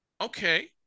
okay